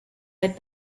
had